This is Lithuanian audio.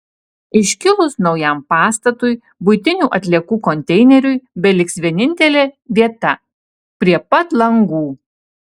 iškilus naujam pastatui buitinių atliekų konteineriui beliks vienintelė vieta prie pat langų